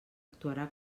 actuarà